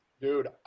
Dude